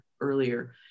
earlier